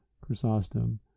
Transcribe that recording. Chrysostom